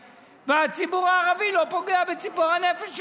והציבור הערבי לא פוגע בציפור הנפש שלנו.